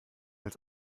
als